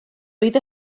oedd